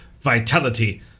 vitality